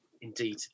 Indeed